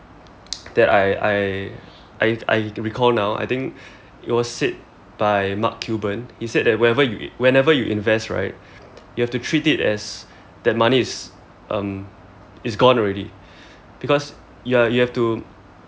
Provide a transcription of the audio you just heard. that I I I I recall now I think it was said by mark cuban he said that whenever you whenever you invest right you have to treat is as that money is um is gone already because you are you have to